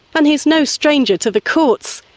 and he's no stranger to the courts,